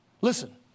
listen